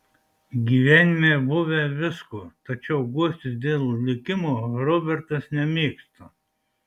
gyvenime buvę visko tačiau guostis dėl likimo robertas nemėgsta